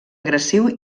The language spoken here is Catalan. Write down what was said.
agressiu